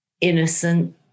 innocent